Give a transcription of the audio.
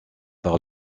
par